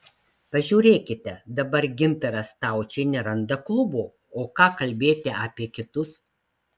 pažiūrėkite dabar gintaras staučė neranda klubo o ką kalbėti apie kitus